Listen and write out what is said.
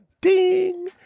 ding